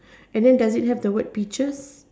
and then does it have the word peaches